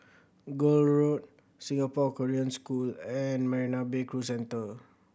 Gul Road Singapore Korean School and Marina Bay Cruise Centre